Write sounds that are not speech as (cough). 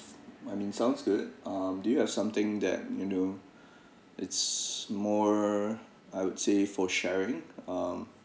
I mean sounds good um do you have something that you know (breath) it's more I would say for sharing um